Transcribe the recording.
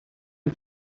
and